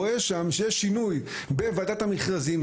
רואה שם שיש שינוי בוועדת המכרזים,